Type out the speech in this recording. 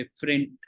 different